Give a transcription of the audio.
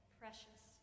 precious